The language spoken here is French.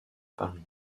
paris